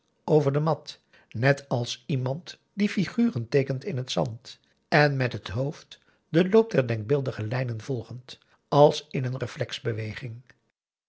over de mat net als iemand die figuren teekent in t zand en met het hoofd den loop der denkbeeldige lijnen volgend als in een